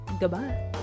goodbye